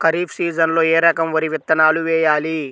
ఖరీఫ్ సీజన్లో ఏ రకం వరి విత్తనాలు వేయాలి?